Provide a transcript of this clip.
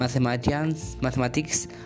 mathematics